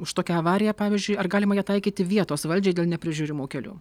už tokią avariją pavyzdžiui ar galima ją taikyti vietos valdžiai dėl neprižiūrimų kelių